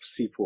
C4